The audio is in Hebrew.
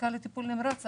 מחלקה לטיפול נמרץ.